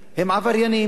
שהם עבריינים,